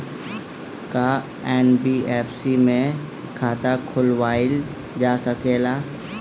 का एन.बी.एफ.सी में खाता खोलवाईल जा सकेला?